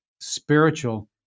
spiritual